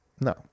No